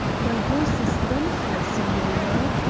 my horse is done for, signorina,